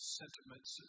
sentiments